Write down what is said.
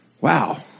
wow